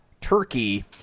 Turkey